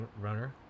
Runner